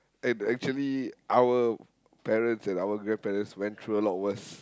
and actually our parents and our grandparents went through a lot worse